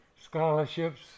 Scholarships